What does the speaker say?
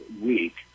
week